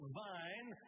vine